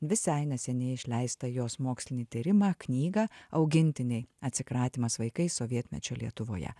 visai neseniai išleistą jos mokslinį tyrimą knygą augintiniai atsikratymas vaikais sovietmečio lietuvoje